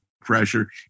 pressure